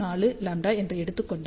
04λ என எடுத்துக்கொண்டால் எல் 0